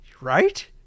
Right